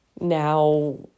Now